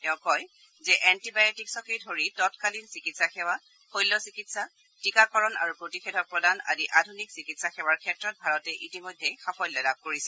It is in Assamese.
তেওঁ কয় যে এণ্টিবায়টিকছকে ধৰি তৎকালীন চিকিৎসাসেৱা শৈল্য চিকিৎসা টীকাকৰণ আৰু প্ৰতিষেধক প্ৰদান আদি আধুনিক চিকিৎসাসেৱাৰ ক্ষেত্ৰত ভাৰতে ইতিমধ্যেই সাফল্য লাভ কৰিছে